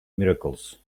miracles